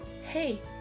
Hey